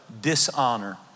dishonor